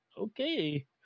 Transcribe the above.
okay